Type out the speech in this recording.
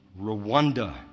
Rwanda